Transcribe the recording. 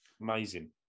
amazing